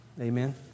Amen